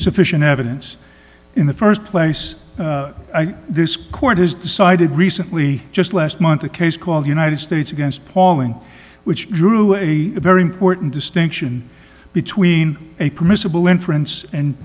sufficient evidence in the st place this court has decided recently just last month a case called united states against pauling which drew a very important distinction between a permissible inference and